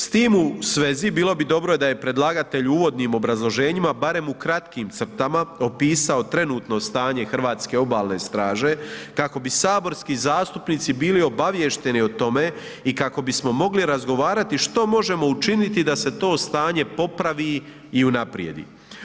S tim u svezi, bilo bi dobro da je predlagatelj uvodnim obrazloženjima barem u kratkim crtama opisao trenutno stanje hrvatske Obalne straže kako bi saborski zastupnici bili obaviješteni o tome i kako bismo mogli razgovarati što možemo učiniti da se to staje popravi i unaprijedi.